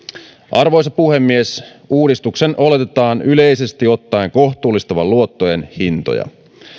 arvoisa puhemies uudistuksen oletetaan yleisesti ottaen kohtuullistavan luottojen hintoja